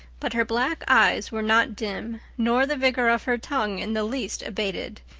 but her black eyes were not dim nor the vigor of her tongue in the least abated.